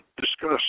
discuss